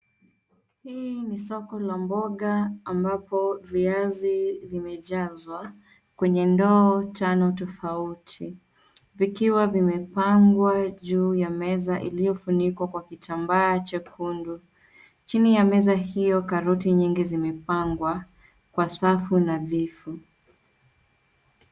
Hili ni soko la mboga ambapo viazi vimejazwa kwenye ndoo tano tofauti vikiwa vimepangwa juu ya meza iliyo funikwa kwa kitamba chekundu. Chini ya meza hiyo karoti nyingi zimepangwa kwa safu nadhifu.